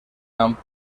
amb